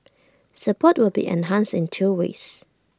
support will be enhanced in two ways